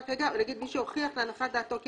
צריך להגיד: "מי שהוכיח להנחת דעתו כי